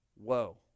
Whoa